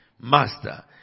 Master